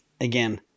Again